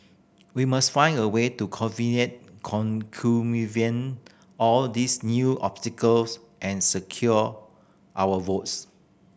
we must find a way to all these new obstacles and secure our votes